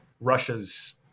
Russia's